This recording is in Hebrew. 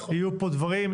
יהיו פה דברים,